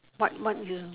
what what you